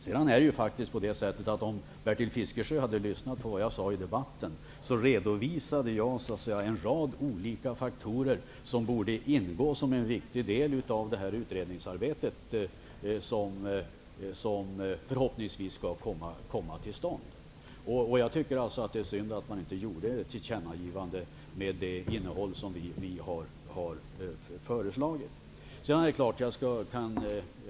Sedan är det ju på det sättet att om Bertil Fiskesjö hade lyssnat på vad jag sade i debatten, skulle han vetat att jag redovisat en rad olika faktorer som borde ingå som en viktig del i det utredningsarbete som förhoppningsvis skall komma till stånd. Jag tycker att det är synd att inte göra ett tillkännagivande med det innehåll som vi har föreslagit.